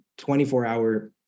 24-hour